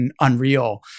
unreal